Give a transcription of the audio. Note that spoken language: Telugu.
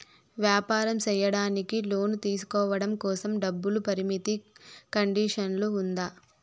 వ్యాపారం సేయడానికి లోను తీసుకోవడం కోసం, డబ్బు పరిమితి కండిషన్లు ఉందా?